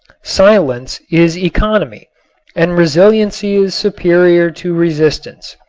silence is economy and resiliency is superior to resistance.